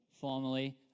formally